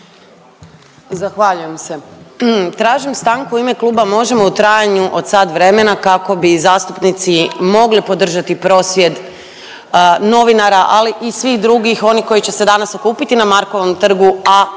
Zahvaljujem se. Tražim stanku u ime Kluba Možemo! u trajanju od sat vremena kako bi zastupnici mogli podržati prosvjed novinara, ali i svih drugih onih koji će se danas okupiti na Markovom trgu, a